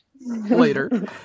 later